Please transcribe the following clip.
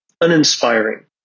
uninspiring